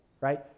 right